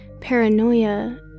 paranoia